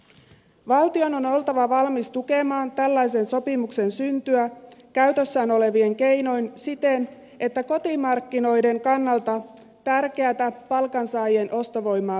valtion on oltava valmis tukemaan tällaisen sopimuksen syntyä käytössään olevin keinoin siten että kotimarkkinoiden kannalta tärkeätä palkansaajien ostovoimaa tuetaan